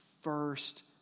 first